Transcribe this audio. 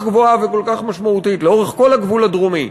גבוהה וכל כך משמעותית לאורך כל הגבול הדרומי,